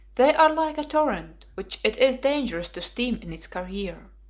they are like a torrent, which it is dangerous to stem in its career.